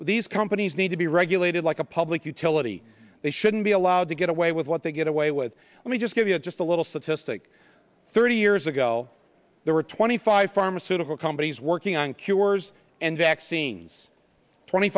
here these companies need to be regulated like a public utility they shouldn't be allowed to get away with what they get away with let me just give you a just a little sophistic thirty years ago there were twenty five pharmaceutical companies working on cures and vaccines twenty